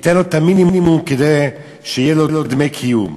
ניתן לו את המינימום כדי שיהיו לו דמי קיום.